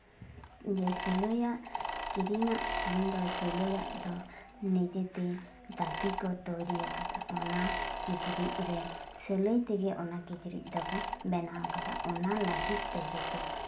ᱡᱮ ᱥᱤᱞᱟᱹᱭᱟᱜ ᱠᱤᱨᱤᱧᱟᱜ ᱠᱷᱚᱱᱫᱚ ᱥᱤᱞᱟᱹᱭᱟᱜ ᱫᱚ ᱱᱤᱡᱮᱛᱮ ᱛᱟᱹᱛᱤ ᱠᱚ ᱛᱳᱭᱨᱤ ᱟᱠᱟᱫᱟ ᱚᱱᱟ ᱠᱤᱪᱨᱤᱡ ᱨᱮ ᱥᱤᱞᱟᱹᱭ ᱛᱮᱜᱮ ᱚᱱᱟ ᱠᱤᱪᱨᱤᱡ ᱫᱚᱠᱚ ᱵᱮᱱᱟᱣ ᱟᱠᱟᱫᱟ ᱚᱱᱟ ᱞᱟᱹᱜᱤᱫ ᱛᱮᱜᱮ ᱛᱚ